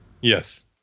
Yes